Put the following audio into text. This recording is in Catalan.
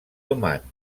oman